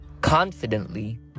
Confidently